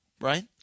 Right